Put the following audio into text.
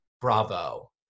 bravo